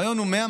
הרעיון הוא 100,